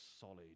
solid